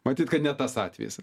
matyt kad ne tas atvejis